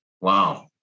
Wow